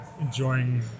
enjoying